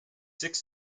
six